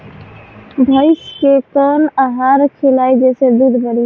भइस के कवन आहार खिलाई जेसे दूध बढ़ी?